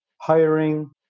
hiring